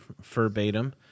verbatim